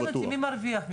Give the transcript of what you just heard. מעניין אותי מי מרוויח מזה.